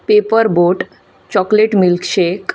paper boat chocolate milkshake